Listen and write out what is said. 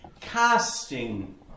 casting